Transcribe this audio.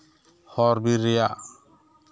ᱦᱚᱨ ᱵᱤᱨ ᱨᱮᱭᱟᱜ